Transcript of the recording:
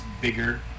bigger